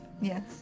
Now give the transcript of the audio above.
Yes